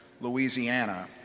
Louisiana